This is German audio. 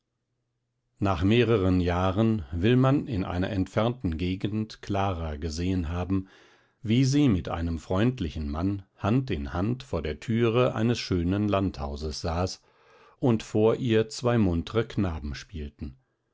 nach mehreren jahren will man in einer entfernten gegend clara gesehen haben wie sie mit einem freundlichen mann hand in hand vor der türe eines schönen landhauses saß und vor ihr zwei muntre knaben spielten